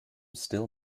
still